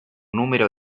número